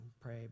pray